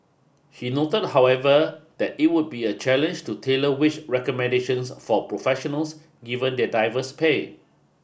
he noted however that it would be a challenge to tailor wage recommendations for professionals given their diverse pay